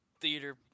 theater